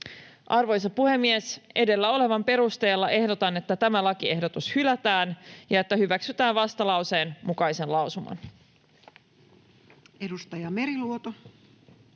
Arvoisa puhemies! Edellä olevan perusteella ehdotan, että tämä lakiehdotus hylätään ja että hyväksytään vastalauseen mukainen lausuma. [Speech 384]